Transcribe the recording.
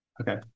Okay